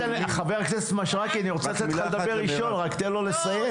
ח"כ מישרקי אני רוצה לתת לך לדבר ראשון תנו לו לסיים.